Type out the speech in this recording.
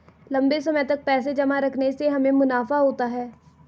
लंबे समय तक पैसे जमा रखने से हमें मुनाफा होता है